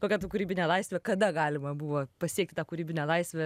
kokia ta kūrybinė laisvė kada galima buvo pasiekti tą kūrybinę laisvę